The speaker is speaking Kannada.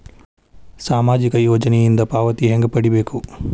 ಸಾಮಾಜಿಕ ಯೋಜನಿಯಿಂದ ಪಾವತಿ ಹೆಂಗ್ ಪಡಿಬೇಕು?